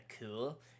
cool